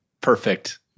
perfect